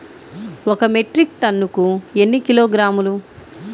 ఒక మెట్రిక్ టన్నుకు ఎన్ని కిలోగ్రాములు?